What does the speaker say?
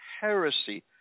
heresy